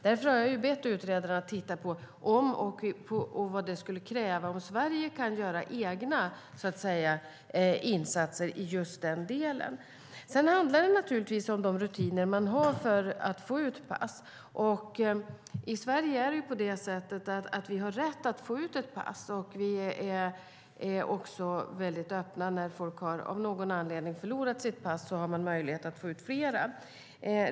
Därför har jag bett utredaren att se på vad som skulle krävas om Sverige skulle kunna göra egna insatser i just den delen. Det handlar också om de rutiner som finns för att man ska kunna få ut pass. I Sverige har man ju rätt att få ut ett pass, och vi är också mycket öppna med att den som av någon anledning har förlorat sitt pass har möjlighet att få ut fler.